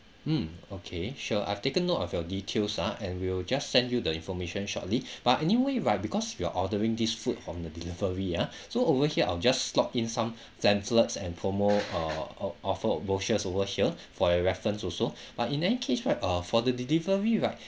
mm okay sure I have taken note of your details ah and we'll just send you the information shortly but anyway right because you're ordering this food from the delivery ah so over here I'll just slot in some pamphlets and promo uh offer brochures over here for your reference also but in any case right uh for the delivery right